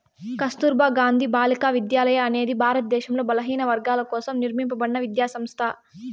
కస్తుర్బా గాంధీ బాలికా విద్యాలయ అనేది భారతదేశంలో బలహీనవర్గాల కోసం నిర్మింపబడిన విద్యా సంస్థ